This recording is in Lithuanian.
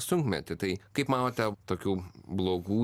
sunkmetį tai kaip manote tokių blogų